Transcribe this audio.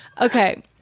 Okay